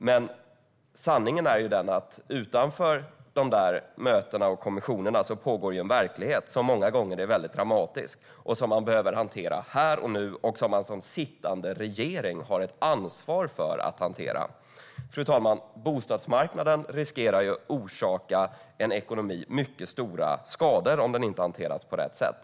Men utanför mötena och kommissionerna finns en verklighet som många gånger är väldigt dramatisk och som man behöver hantera här och nu. Som sittande regering har man ett ansvar för att hantera den. Fru talman! Bostadsmarknaden riskerar att orsaka ekonomin mycket stora skador om den inte hanteras på rätt sätt.